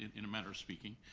in a matter of speaking.